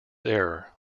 error